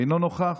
אינו נוכח,